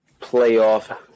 playoff